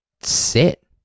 sit